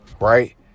right